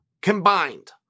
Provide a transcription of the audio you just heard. combined